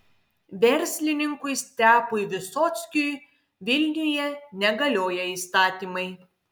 verslininkui stepui visockiui vilniuje negalioja įstatymai